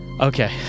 Okay